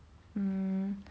hmm